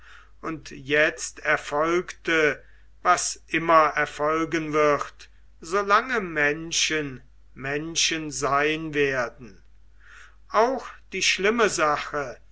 und jetzt erfolgte was immer erfolgen wird so lange menschen menschen sein werden auch die schlimme sache